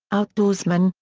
outdoorsmen,